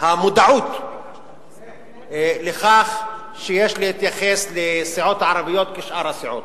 המודעות לכך שיש להתייחס לסיעות ערביות כשאר הסיעות.